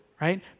right